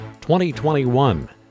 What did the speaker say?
2021